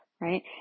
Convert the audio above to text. Right